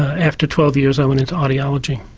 after twelve years i went into audiology.